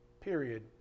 period